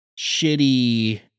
shitty